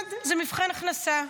אחד זה מבחן הכנסה,